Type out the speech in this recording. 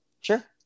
Sure